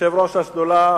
יושב-ראש השדולה,